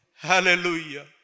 Hallelujah